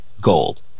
gold